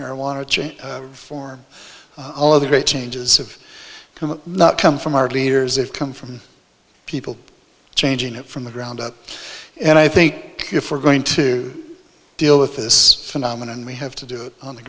marijuana change for all of the great changes have come not come from our leaders it come from people changing it from the ground up and i think if we're going to deal with this phenomenon we have to do it on the